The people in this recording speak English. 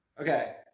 Okay